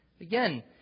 again